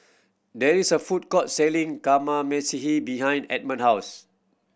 there is a food court selling Kamameshi behind Edmund's house